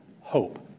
hope